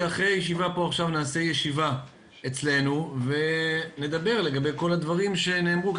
שאחרי הישיבה עכשיו נעשה ישיבה אצלנו ונדבר לגבי כל הדברים שנאמרו.